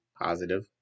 positive